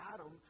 Adam